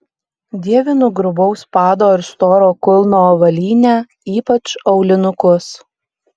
dievinu grubaus pado ir storo kulno avalynę ypač aulinukus